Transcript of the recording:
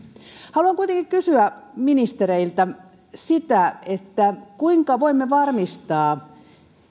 haluan kuitenkin kysyä ministereiltä sitä kuinka voimme varmistaa